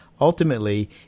ultimately